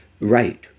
Right